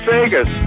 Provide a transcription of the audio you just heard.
Vegas